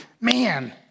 Man